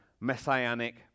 messianic